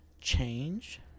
Change